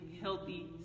healthy